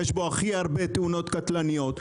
יש בו הכי הרבה תאונות קטלניות,